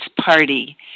Party